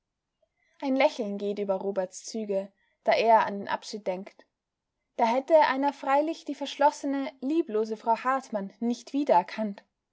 ein lächeln geht über roberts züge da er an den abschied denkt da hätte einer freilich die verschlossene lieblose frau hartmann nicht wiedererkannt